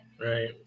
Right